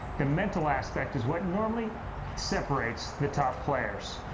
the mental aspect is what normally separates the top players.